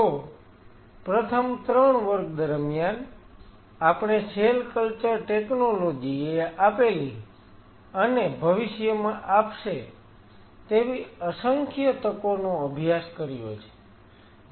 તો પ્રથમ 3 વર્ગ દરમિયાન આપણે સેલ કલ્ચર ટેકનોલોજી એ આપેલી અને ભવિષ્યમાં આપશે તેવી અસંખ્ય તકોનો અભ્યાસ કર્યો છે